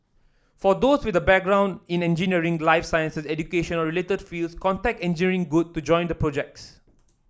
for those with a background in engineering life sciences education or related fields contact Engineering Good to join their projects